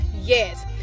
yes